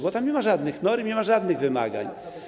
Bo tam nie ma żadnych norm i nie ma żadnych wymagań.